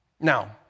Now